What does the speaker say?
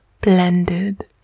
blended